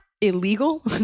illegal